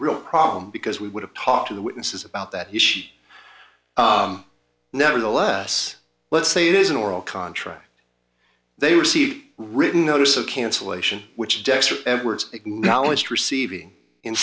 real problem because we would have talked to the witnesses about that nevertheless let's say it is an oral contract they received written notice of cancellation which dexter edwards acknowledged receiving in